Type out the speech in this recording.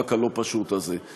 למאבק הלא-פשוט הזה.